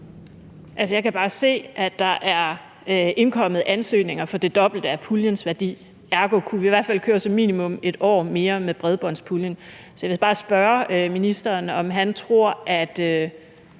Jeg kan bare se, at der er indkommet ansøgninger for det dobbelte af puljens værdi, ergo kunne vi i hvert fald som minimum køre 1 år mere med bredbåndspuljen. Så jeg vil bare spørge ministeren, om han tror, at